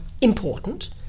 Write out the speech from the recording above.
important